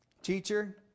Teacher